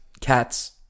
Cats